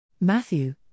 Matthew